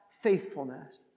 faithfulness